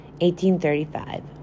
1835